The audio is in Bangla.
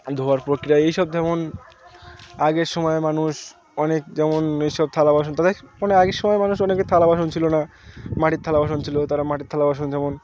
ধোওয়ার প্রক্রিয়া এই সব যেমন আগের সময় মানুষ অনেক যেমন এই সব থালা বাসন তাদের মানে আগের সময় মানুষ অনেকে থালা বাসন ছিল না মাটির থালা বাসন ছিল তারা মাটির থালা বাসন যেমন